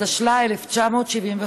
התשל"ה 1975,